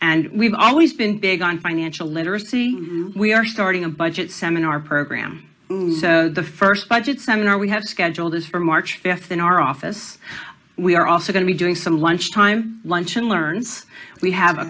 and we've always been big on financial literacy we are starting a budget seminar program the first budget seminar we have scheduled is for march fourth in our office we are also going to be doing some lunchtime luncheon learns we have a